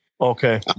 okay